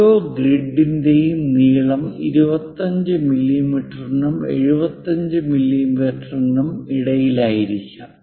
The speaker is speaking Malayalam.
ഓരോ ഗ്രിഡിന്റെയും നീളം 25 മില്ലിമീറ്ററിനും 75 മില്ലിമീറ്ററിനും ഇടയിലാകാം